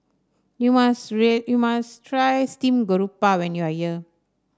you must Three you must try Steamed Garoupa when you are here